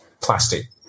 plastic